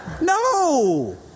No